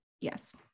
yes